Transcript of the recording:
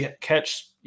catch